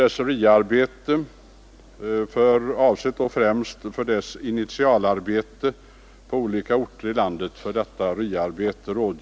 Anslaget avser främst initialarbetet för RIA på olika orter i landet.